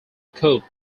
coup